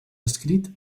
escrit